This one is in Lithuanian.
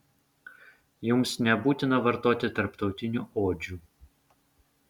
jums nebūtina vartoti tarptautinių odžių